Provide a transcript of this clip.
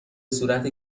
صورت